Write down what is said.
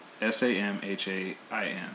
s-a-m-h-a-i-n